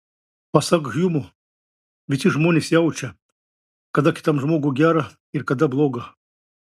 pasak hjumo visi žmonės jaučia kada kitam žmogui gera ir kada bloga